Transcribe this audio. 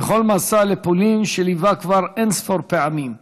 וכל מסע לפולין שליווה כבר אין-ספור פעמים: